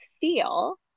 feel